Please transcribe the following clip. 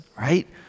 right